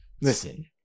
Listen